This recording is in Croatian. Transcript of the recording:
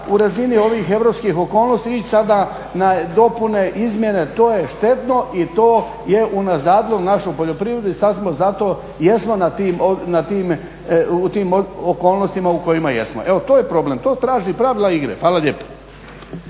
u razini ovih europskih okolnosti, ići sada na dopune, izmjene. To je štetno i to je unazadilo našu poljoprivredu i sad smo zato, jesmo na tim, u tim okolnostima u kojima jesmo. Evo to je problem. To traži pravila igre. Hvala lijepo.